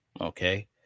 okay